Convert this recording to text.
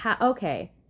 Okay